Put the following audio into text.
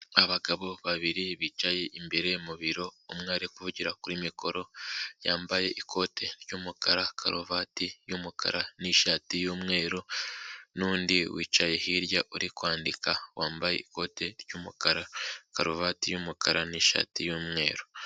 Abagabo babiri bicaye imbere mu biro umwe ari kuvugira kuri mikoro, yambaye ikote ry'umukara, karuvati y'umukara n'ishati y'umweru n'undi wicaye hirya uri kwandika wambaye ikote ry'umukara, karuvati y'umukara n'ishati y'umweru.